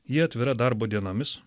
ji atvira darbo dienomis